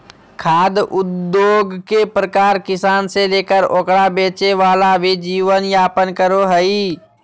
खाद्य उद्योगके व्यापार किसान से लेकर ओकरा बेचे वाला भी जीवन यापन करो हइ